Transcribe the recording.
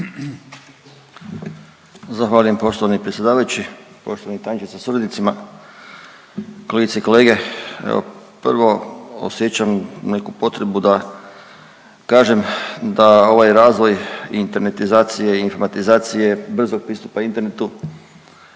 Zahvaljujem poštovani predsjedavajući. Poštovani tajniče sa suradnicima, kolegice i kolege. Evo, prvo osjećam neku potrebu da kažem da ovaj razvoj internetizacije i informatizacije, brzog pristupa internetu